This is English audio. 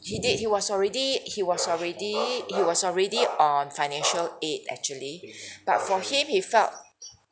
he did he was already he was already he was already on financial aid actually but for him he felt